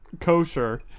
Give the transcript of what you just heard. kosher